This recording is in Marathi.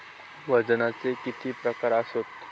वजनाचे किती प्रकार आसत?